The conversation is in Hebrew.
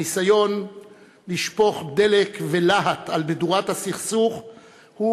הניסיון לשפוך דלק ולהט על מדורת הסכסוך הוא